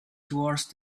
toward